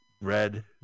red